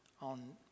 On